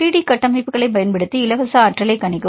3D கட்டமைப்புகளைப் பயன்படுத்தி இலவச ஆற்றலைக் கணிக்கவும்